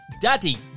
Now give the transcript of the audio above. daddy